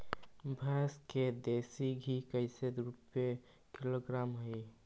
भैंस के देसी घी कैसे रूपये किलोग्राम हई?